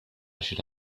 should